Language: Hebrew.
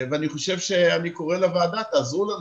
אני חושב שאני קורא לוועדה: תעזרו לנו.